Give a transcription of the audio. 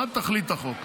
תכלית החוק,